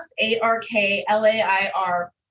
A-R-K-L-A-I-R